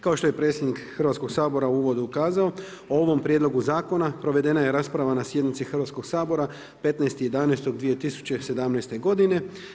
Kao što je i predsjednik Hrvatskog sabora u uvodu ukazao, o ovom prijedlogu zakona provedena je rasprava na sjednici Hrvatskog sabora 15.11.2017. godine.